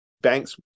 Banks